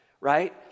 right